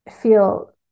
feel